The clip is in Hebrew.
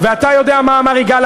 מה אתם כל הזמן